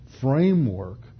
framework